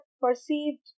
perceived